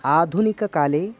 आधुनिककाले